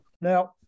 Now